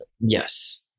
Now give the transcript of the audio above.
Yes